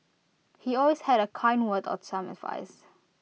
he always had A kind word or some advice